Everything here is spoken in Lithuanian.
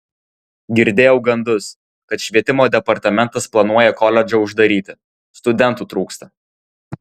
girdėjau gandus kad švietimo departamentas planuoja koledžą uždaryti studentų trūksta